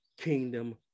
kingdom